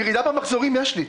ירידה במחזורים יש לי,